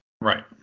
Right